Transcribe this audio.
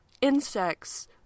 insects